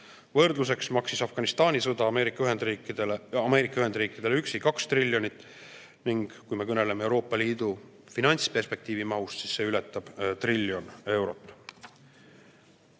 Võrdluseks: Afganistani sõda maksis Ameerika Ühendriikidele üksi 2 triljonit, ning kui me kõneleme Euroopa Liidu finantsperspektiivi mahust, siis see ületab triljon eurot.